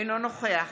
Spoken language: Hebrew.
אינו נוכח